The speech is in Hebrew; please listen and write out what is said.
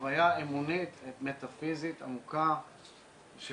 חוויה אמונית מטאפיזית עמוקה של